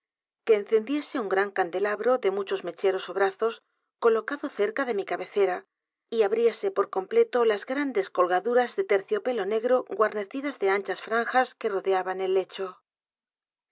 que encendiese u n gran candelabro de muchos mecheros óbrazos colocado cerca de mi cabecera y abriese por completo las grandes colgad u r a s de terciopelo negro guarnecidas de anchas franj a s que rodeaban el lecho